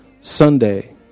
Sunday